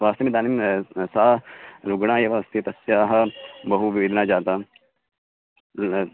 स्वास्त्थमिदानीं सा रुग्णा एव अस्ति तस्याः बहु वेदना जाता तथा